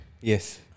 Yes